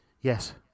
Yes